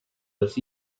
los